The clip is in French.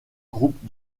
groupe